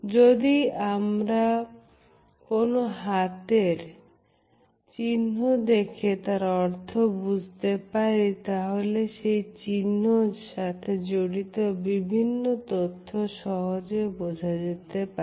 যদি আমরা কোন হাতের চিহ্ন দেখে তার অর্থ বুঝতে পারি তাহলে সেই চিহ্ন সাথে জড়িত বিভিন্ন তথ্য সহজে বোঝা যেতে পারে